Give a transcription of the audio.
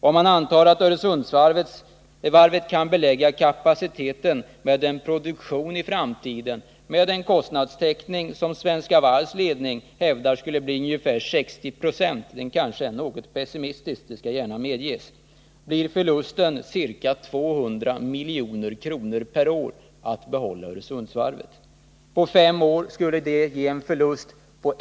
Om man antar att Öresundsvarvet i framtiden kan belägga kapaciteten med en produktion till 60 26 kostnadstäckning, blir förlusten ca 200 milj.kr. per år under perioden 1980-1985, totalt ca 1200 milj.kr. Det är mycket pengar för att man skall kunna behålla en förhållandevis begränsad sysselsättning.